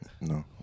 No